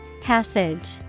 Passage